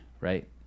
right